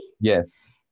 Yes